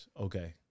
Okay